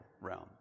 realm